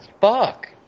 fuck